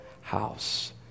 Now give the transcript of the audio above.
house